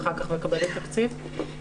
ואחר כך מקבלת תקציב.